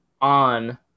on